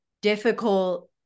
difficult